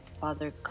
Father